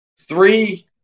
three